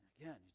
Again